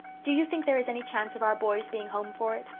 do you think there is any chance of our boys being home for it?